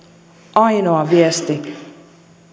ainoa viesti